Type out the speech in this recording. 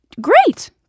great